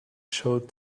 showed